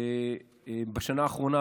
בשנה האחרונה,